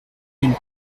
d’une